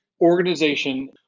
organization